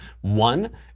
One